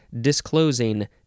disclosing